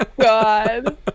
god